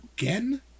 again